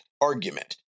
argument